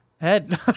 head